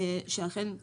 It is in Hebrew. שאכן,